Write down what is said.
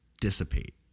dissipate